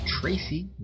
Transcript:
Tracy